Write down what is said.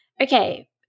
okay